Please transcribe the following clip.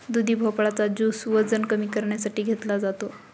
दुधी भोपळा चा ज्युस वजन कमी करण्यासाठी घेतला जातो